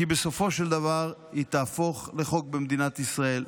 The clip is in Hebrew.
כי בסופו של דבר היא תהפוך לחוק במדינת ישראל,